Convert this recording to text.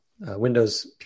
Windows